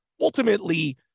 ultimately